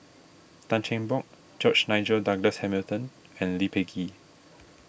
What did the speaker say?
Tan Cheng Bock George Nigel Douglas Hamilton and Lee Peh Gee